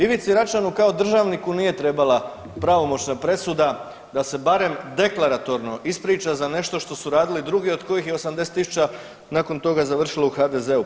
Ivici Račanu kao državniku nije trebala pravomoćna presuda da se barem deklaratorno ispriča za nešto što su radili drugi, od kojih je 80 tisuća nakon toga završilo u HDZ-u.